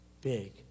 big